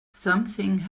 something